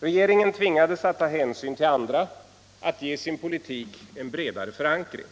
Regeringen tvingades ta hänsyn till andra, att ge sin politik en bredare förankring.